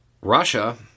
Russia